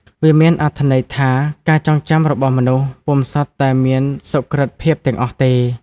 វាមានអត្ថន័យថា ការចងចាំរបស់មនុស្ស ពុំសុទ្ធតែមានសុក្រឹតភាពទាំងអស់ទេ ។